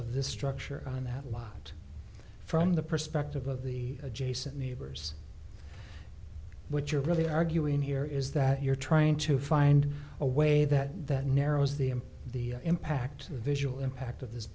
of the structure on that lot from the perspective of the adjacent neighbors what you're really arguing here is that you're trying to find a way that that narrows the and the impact visual impact of this